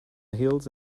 hills